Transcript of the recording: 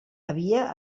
havia